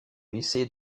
lycée